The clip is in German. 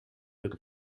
mit